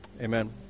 Amen